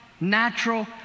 natural